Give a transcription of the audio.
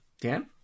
Dan